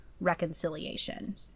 reconciliation